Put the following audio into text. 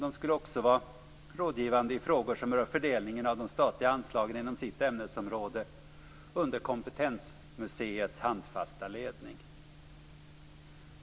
De skulle också vara rådgivande i frågor som rör fördelningen av de statliga anslagen inom sitt ämnesområde, under kompetensmuseets handfasta ledning.